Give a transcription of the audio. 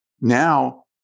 now